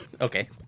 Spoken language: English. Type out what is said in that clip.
Okay